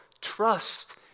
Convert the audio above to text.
Trust